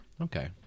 Okay